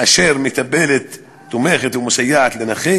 אשר מטפלת בנכה, תומכת בו ומסייעת לו.